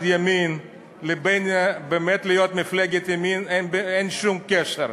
ימין לבין באמת להיות מפלגת ימין אין שום קשר,